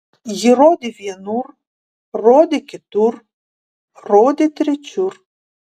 ji rodė vienur rodė kitur rodė trečiur